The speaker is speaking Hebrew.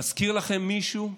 מזכיר לכם מישהו?